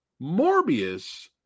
Morbius